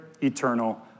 eternal